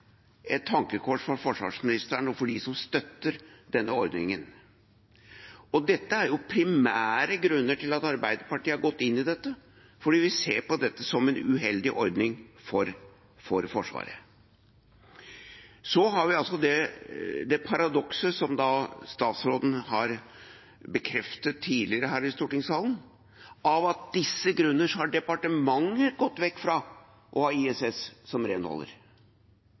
tankekors for forsvarsministeren og for dem som støtter denne ordningen. Dette er primære grunner til at Arbeiderpartiet har gått inn i dette – fordi vi ser på dette som en uheldig ordning for Forsvaret. Så har vi det paradokset som statsråden har bekreftet tidligere her i stortingssalen, at av disse grunner har departementet gått vekk fra å ha ISS som renholder.